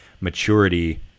maturity